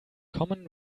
common